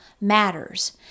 matters